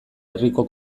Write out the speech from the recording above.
herriko